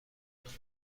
علاقه